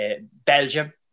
Belgium